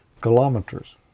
kilometers